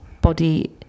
body